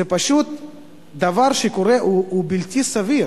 זה פשוט דבר שקורה והוא בלתי סביר.